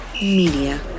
Media